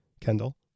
Kendall